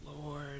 Lord